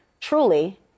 truly